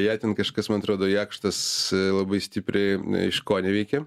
ją ten kažkas man atrodo jakštas labai stipriai iškoneveikė